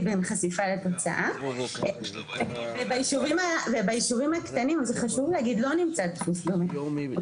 בין חשיפה לתוצאה וביישובים הקטנים זה חשוב להגיד לא נמצא דפוס דומה,